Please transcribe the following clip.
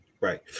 Right